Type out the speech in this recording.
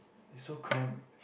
it's so cramped